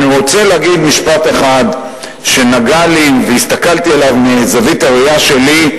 אני רוצה להגיד משפט אחד שנגע לי והסתכלתי עליו מזווית הראייה שלי,